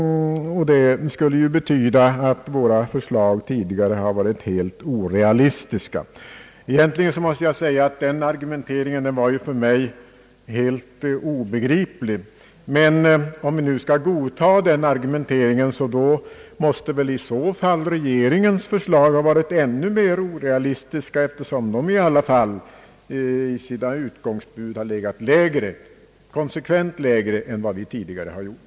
Det skulle betyda att våra förslag tidigare har varit helt orealistiska. Egentligen är den argumenteringen helt obegriplig för mig, men om vi nu skall godta den måste väl i så fall regeringens förslag ha varit ännu mera orealistiska, eftersom man i alla fall i sina utgångsbud har legat konsekvent lägre än vi tidigare har gjort.